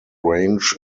range